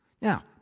Now